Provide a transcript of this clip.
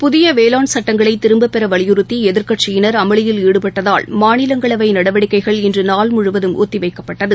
புதியவேளாண் சுட்டங்களைதிரும்பப் பெறவலியுறுத்திஎதிர்கட்சியினர் அமளியில் ஈடுபட்டதால் மாநிலங்களவைநடவடிக்கைகள் இன்றுநாள் முழுவதும் ஒத்திவைக்கப்பட்டது